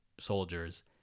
soldiers